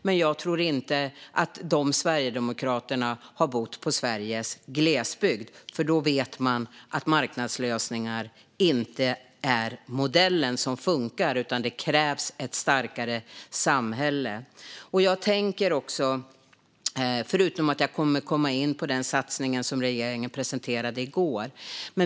Men jag tror inte att det bor några sverigedemokrater i Sveriges glesbygd, för då skulle de veta att marknadslösningar som modell inte funkar. I stället krävs ett starkare samhälle. Jag kommer att komma in på den satsning som regeringen presenterade i går.